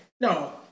no